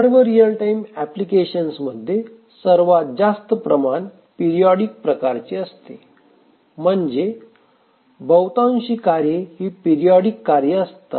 सर्व real time applications मध्ये सर्वात जास्त प्रमाण पिरिओडीक प्रकारचे असते म्हणजे बहुतांशी कार्ये ही पिरीओडिक कार्य असतात